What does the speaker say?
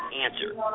answer